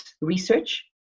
research